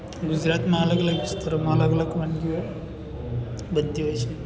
ગુજરાતમાં અલગ અલગ સ્તરોમાં અલગ અલગ વાનગીઓ બનતી હોય છે